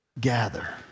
gather